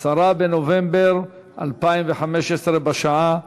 10 בנובמבר 2015, בשעה